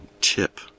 tip